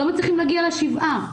לא מצליחים להגיע לשבעה,